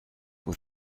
with